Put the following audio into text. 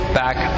back